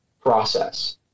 process